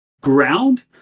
ground